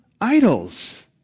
idols